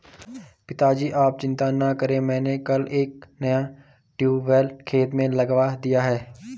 पिताजी आप चिंता ना करें मैंने कल एक नया ट्यूबवेल खेत में लगवा दिया है